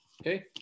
okay